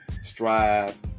strive